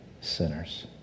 sinners